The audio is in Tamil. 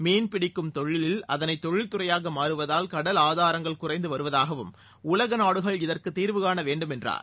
மீன் பிடிக்கும் தொழிலில் அதனை தொழில்துறையாக மாறுவதால் கடல் ஆதாரங்கள் குறைந்து வருவதாகவும் உலக நாடுகள் இதற்குத் தீர்வு காண வேண்டும் என்றார்